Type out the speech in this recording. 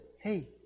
hey